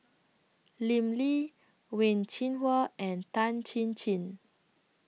Lim Lee Wen Jinhua and Tan Chin Chin